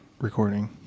recording